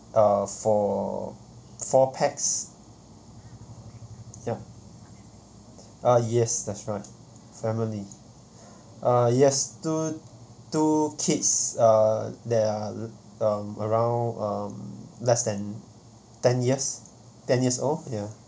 uh for four pax ya uh yes that's right family uh yes two two kids uh there are um around um less than ten years ten years old ya